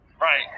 Right